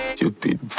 Stupid